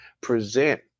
present